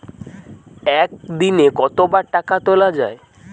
একদিনে কতবার টাকা তোলা য়ায়?